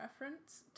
reference